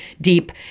deep